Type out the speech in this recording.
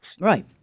Right